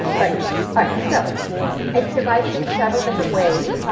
so it's divided in several different ways,